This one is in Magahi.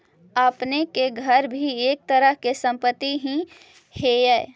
आपने के घर भी एक तरह के संपत्ति ही हेअ